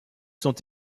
sont